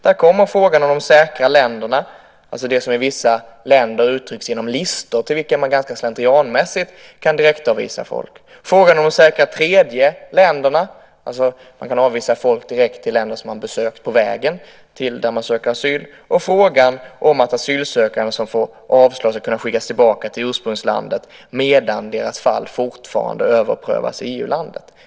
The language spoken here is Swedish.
Där kommer frågan om de säkra länderna, alltså det som i vissa länder uttrycks genom listor på länder som man ganska slentrianmässigt kan direktavvisa folk till. Detsamma gäller frågan om de säkra tredjeländerna. Man kan alltså avvisa folk direkt till länder som de har besökt på vägen till det land som de söker asyl i. Vi har också frågan om att asylsökande som får avslag ska kunna skickas tillbaka till ursprungslandet medan deras fall fortfarande överprövas i EU-landet.